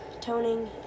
toning